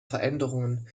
veränderungen